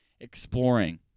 exploring